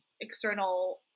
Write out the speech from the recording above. external